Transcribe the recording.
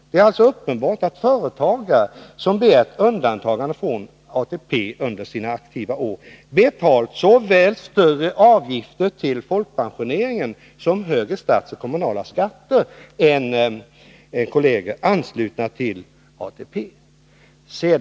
Det är alltså uppenbart att företagare som begärt undantagande från ATP under sina aktiva år betalt såväl större avgifter till folkpensioneringen som högre statsskatter och kommunala skatter än kolleger anslutna till ATP.